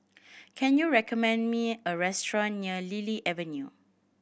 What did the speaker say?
can you recommend me a restaurant near Lily Avenue